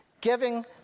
Giving